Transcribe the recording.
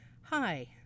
Hi